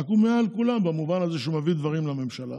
רק הוא מעל כולם במובן הזה שהוא מביא דברים לממשלה.